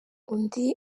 undi